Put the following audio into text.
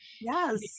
yes